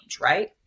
right